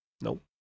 Nope